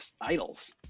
idols